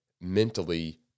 mentally